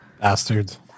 Bastards